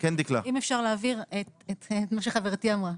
אם אפשר להבהיר את מה שחברתי אמרה.